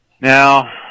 Now